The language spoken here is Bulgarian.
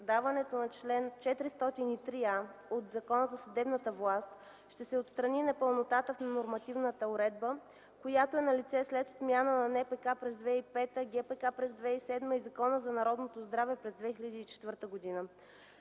създаването на чл. 403а от Закона за съдебната власт ще се отстрани непълнотата в нормативната уредба, която е налице след отмяната на НПК през 2005 г., на ГПК през 2007 г. и на Закона за народното здраве през 2004 г.